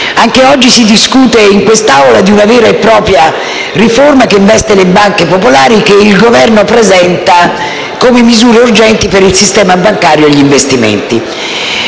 Anche oggi si discute in quest'Aula di una vera e propria riforma che investe le banche popolari che il Governo presenta come misure urgenti per il sistema bancario e gli investimenti.